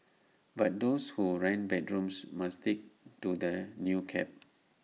but those who rent bedrooms must stick to the new cap